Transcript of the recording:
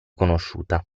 conosciuta